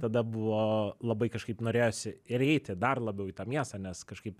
tada buvo labai kažkaip norėjosi ir eiti dar labiau į tą miestą nes kažkaip